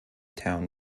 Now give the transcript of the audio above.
town